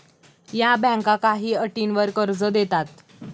या बँका काही अटींवर कर्ज देतात